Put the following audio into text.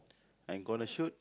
I'm gonna shoot